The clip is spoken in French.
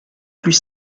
plus